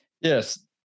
Yes